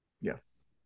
Yes